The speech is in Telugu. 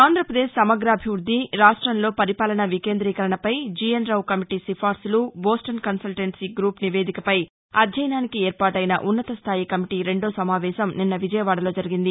ఆంధ్రాప్రదేశ్ సమగ్రాభివృద్ది రాష్టంలో పరిపాలన వికేంద్రీకరణపై జీఎన్ రావు కమిటీ సిఫార్సులు బోస్టన్ కన్సల్టెన్సీ గ్రూప్ నివేదికపై అధ్యయనానికి ఏర్పాటైన ఉన్నతస్థాయి కమిటీ రెండో సమావేశం నిన్న విజయవాడలో జరిగింది